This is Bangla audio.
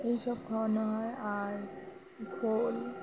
এইসব খাওয়ানো হয় আর খোল